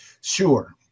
sure